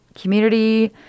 community